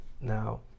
Now